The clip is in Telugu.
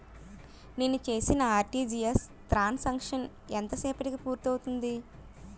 నేను చేసిన ఆర్.టి.జి.ఎస్ త్రణ్ సాంక్షన్ ఎంత సేపటికి పూర్తి అవుతుంది?